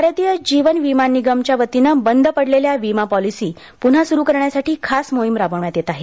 भारतीय जीवन विमा निगम एलआयसी च्या वतीनं बंद पडलेल्या वीमा पॉलिसी पुन्हा सुरू करण्यासाठी खास मोहिम राबविण्यात येत आहे